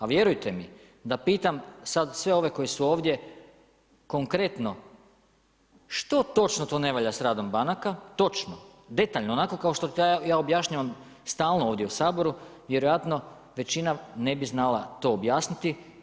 A vjerujte mi da pitam sad sve ove koji su ovdje, konkretno što točno to ne valja s radom banaka, točno, detaljno, onako kao što ja objašnjavam stalno ovdje u Saboru, vjerojatno, većina ne bi znala to objasniti.